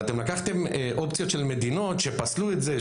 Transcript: ואתם לקחתם אופציות של מדינות שפסלו את זה,